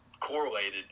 correlated